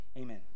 amen